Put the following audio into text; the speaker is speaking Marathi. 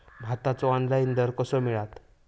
भाताचो ऑनलाइन दर कसो मिळात?